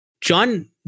John